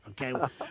Okay